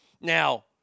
Now